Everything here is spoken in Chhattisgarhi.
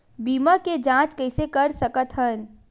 बीमा के जांच कइसे कर सकत हन?